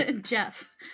Jeff